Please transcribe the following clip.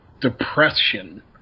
depression